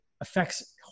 affects